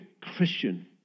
Christian